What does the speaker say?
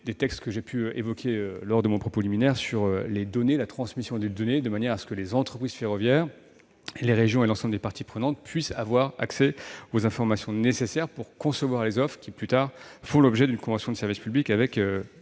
ceux que j'ai évoqués dans mon propos liminaire sur la transmission des données, de manière que les entreprises ferroviaires, les régions et l'ensemble des parties prenantes puissent avoir accès aux informations nécessaires afin de concevoir les offres qui, plus tard, feront l'objet d'une convention de service public avec